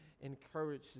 encourage